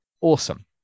Awesome